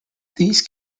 these